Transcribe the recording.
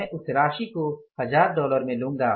मैं उस राशि को हज़ार डॉलर में लूँगा